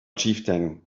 chieftain